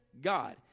God